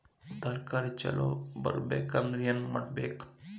ತರಕಾರಿ ಛಲೋ ಬರ್ಬೆಕ್ ಅಂದ್ರ್ ಏನು ಮಾಡ್ಬೇಕ್?